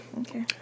Okay